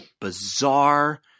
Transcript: bizarre